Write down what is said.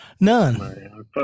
None